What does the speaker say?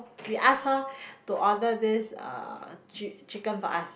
we ask her to order this uh chi~ chicken for us